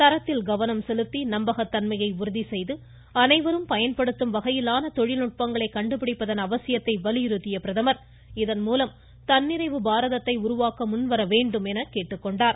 தரத்தில் கவனம் செலுத்தி நம்பகத்தன்மையை உறுதிசெய்து அனைவரும் பயன்படுத்தும் வகையிலான தொழில்நுட்பங்களை கண்டுபிடிப்பதன் அவசியத்தை வலியுறுத்திய பிரதமர் இதன்மூலம் தன்னிறைவு பாரதத்தை உருவாக்க முன்வர வேண்டும் என கேட்டுக்கொண்டார்